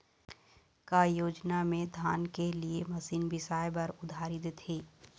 का योजना मे धान के लिए मशीन बिसाए बर उधारी देथे?